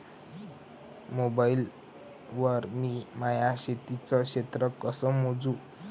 Mobile वर मी माया शेतीचं क्षेत्र कस मोजू?